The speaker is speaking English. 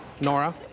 Nora